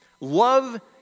love